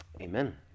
Amen